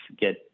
get